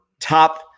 top